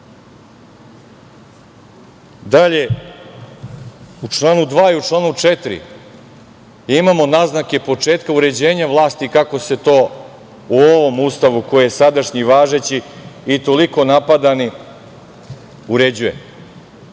Srbije. Dalje, u članu 2. i u članu 4. imamo naznake početka uređenja vlasti, kako se to u ovom Ustavu koji je sadašnji i važeći i toliko napadani uređuje.